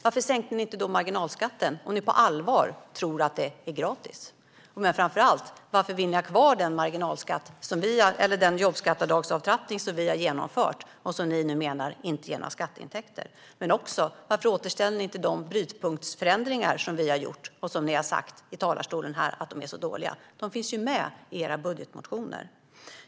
Varför sänkte ni inte då marginalskatten om ni på allvar tror att det är gratis? Och framför allt: Varför vill ni ha kvar den jobbskatteavdragsavtrappning som vi har genomfört och som ni menar inte ger några skatteintäkter? Och varför återställer ni inte de brytpunktsförändringar som vi har gjort och som ni har sagt här i talarstolen är så dåliga? De finns ju med i era budgetmotioner.